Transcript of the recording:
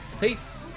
Peace